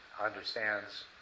understands